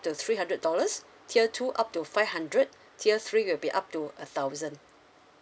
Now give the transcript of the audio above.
to three hundred dollars tier two up to five hundred tier three will be up to a thousand